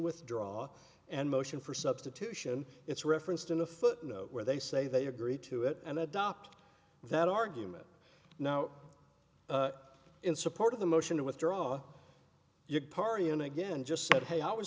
withdraw and motion for substitution it's referenced in a footnote where they say they agree to it and adopt that argument now in support of the motion to withdraw your party unit again just said hey i was